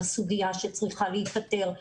אותה הסוגייה שצריכה להיפתר.